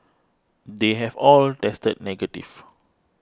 they have all tested negative